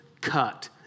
cut